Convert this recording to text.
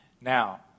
Now